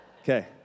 Okay